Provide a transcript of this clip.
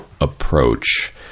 approach